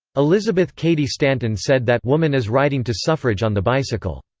elizabeth cady stanton said that woman is riding to suffrage on the bicycle.